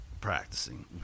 practicing